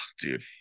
dude